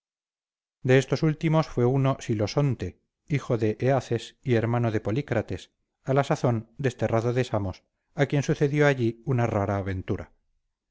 de estos últimos fue uno silosonte hijo de eaces y hermano de polícrates a la sazón desterrado de samos a quien sucedió allí una rara aventura